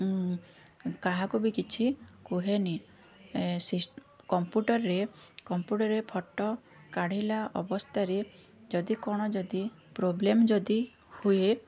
କାହାକୁ ବି କିଛି କୁହେନି ସିସ୍ କମ୍ପୁଟର୍ରେ କମ୍ପୁଟର୍ରେ ଫଟୋ କାଢ଼ିଲା ଅବସ୍ଥାରେ ଯଦି କ'ଣ ଯଦି ପ୍ରୋବ୍ଲେମ୍ ଯଦି ହୁଏ